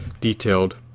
detailed